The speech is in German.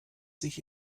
sich